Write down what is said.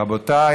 רבותיי,